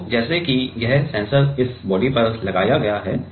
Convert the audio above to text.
तो जैसे कि यह सेंसर इस बॉडी पर लगाया गया है